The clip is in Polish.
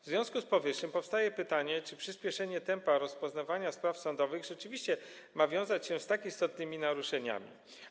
W związku z powyższym powstaje pytanie, czy przyspieszenie tempa rozpoznawania spraw sądowych rzeczywiście ma wiązać się z tak istotnymi naruszeniami.